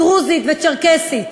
דרוזית וצ'רקסית.